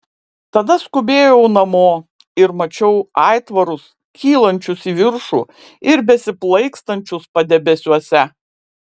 tada skubėjau namo ir mačiau aitvarus kylančius į viršų ir besiplaikstančius padebesiuose